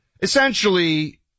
Essentially